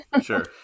sure